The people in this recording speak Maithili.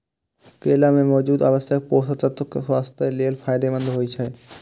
केला मे मौजूद आवश्यक पोषक तत्व स्वास्थ्य लेल फायदेमंद होइ छै